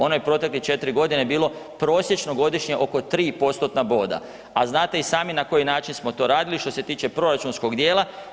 Ono je proteklih 4 godine bilo prosječno godišnje oko 3 postotna boda, a znate i sami na koji način smo to radili što se tiče proračunskog dijela.